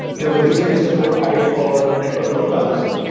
there was recently support added for network load balancer.